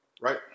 Right